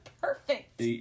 perfect